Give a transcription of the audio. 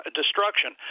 destruction